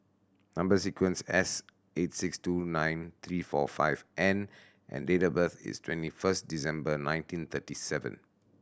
number sequence S eight six two nine three four five N and date of birth is twenty first December nineteen thirty seven